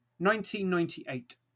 1998